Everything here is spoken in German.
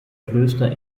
klöster